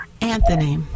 Anthony